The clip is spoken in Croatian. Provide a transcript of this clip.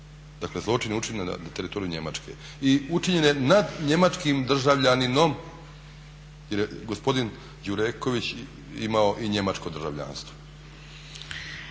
dakle zločin je učinjen na teritoriju Njemačke i učinjen je nad njemačkim državljaninom jer je gospodin Đureković imao i njemačko državljanstvo.